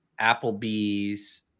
Applebee's